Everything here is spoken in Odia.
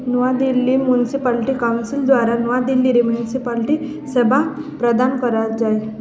ନୂଆଦିଲ୍ଲୀ ମ୍ୟୁନିସିପାଲିଟି କାଉନସିଲ୍ ଦ୍ୱାରା ନୂଆଦିଲ୍ଲୀରେ ମ୍ୟୁନିସିପାଲିଟି ସେବା ପ୍ରଦାନ କରାଯାଏ